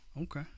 Okay